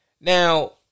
now